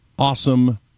Awesome